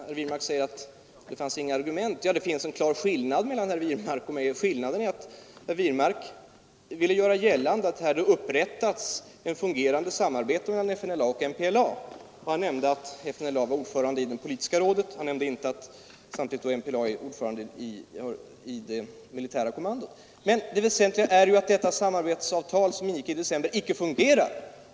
Herr Wirmark sade att det inte fanns några argument. Men det finns en klar skillnad mellan herr Wirmark och mig, och skillnaden är att herr Wirmark vill göra gällande att det har upprättats ett fungerande samarbete mellan FNLA och MPLA. Han nämnde att FNLA var ordförande i det politiska rådet — han nämnde inte att MPLA då samtidigt är ordförande i det militära kommandot. Men det väsentliga är att samarbetsavtalet, som ingicks i december, icke fungerar.